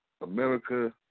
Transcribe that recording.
America